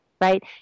right